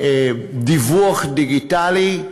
לדיווח דיגיטלי.